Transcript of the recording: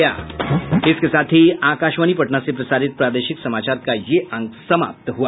इसके साथ ही आकाशवाणी पटना से प्रसारित प्रादेशिक समाचार का ये अंक समाप्त हुआ